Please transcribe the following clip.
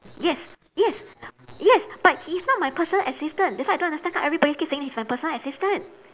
yes yes yes but he is not my personal assistant that's why I don't understand why everyone keep saying he's my personal assistant